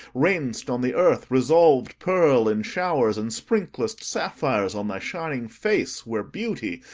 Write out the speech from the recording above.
rain'st on the earth resolved pearl in showers, and sprinklest sapphires on thy shining face, where beauty,